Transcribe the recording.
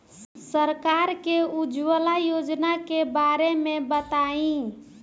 सरकार के उज्जवला योजना के बारे में बताईं?